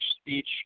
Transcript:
speech